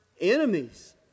enemies